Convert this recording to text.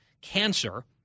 cancer